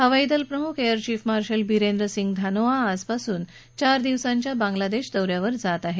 हवाई दल प्रमुख air chief marshal Birendra Singh Dhanoa आजपासून चार दिवसांच्या बांग्लादेश दौ यावर जात आहेत